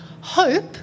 Hope